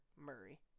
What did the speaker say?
Murray